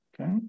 okay